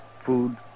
Food